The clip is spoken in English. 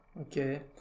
okay